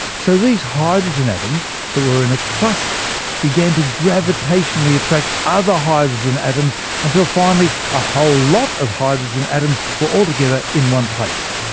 so these hydrogen atoms that were in a cluster began to gravitationally attract other hydrogen atoms until finally, a whole lot of hydrogen atoms were all together in one place.